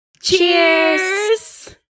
Cheers